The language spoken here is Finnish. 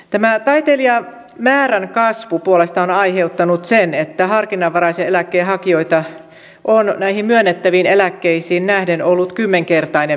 tämä taitelijamäärän kasvu puolestaan on aiheuttanut sen että harkinnanvaraisen eläkkeen hakijoita on näihin myönnettäviin eläkkeisiin nähden ollut kymmenkertainen määrä